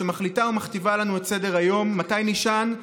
שמחליטה ומכתיבה לנו את סדר-היום: מתי נישן,